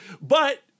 But-